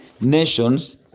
nations